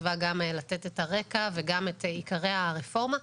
מתוכם כ-190 אלף עסקים טעוני רישוי כאשר בכל שנה נפתחים,